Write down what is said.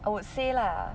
I would say lah